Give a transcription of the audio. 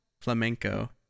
Flamenco